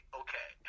okay